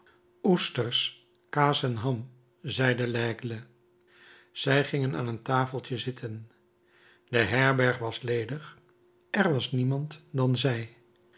oesters kaas en ham zei laigle zij gingen aan een tafeltje zitten de herberg was ledig er was niemand dan zij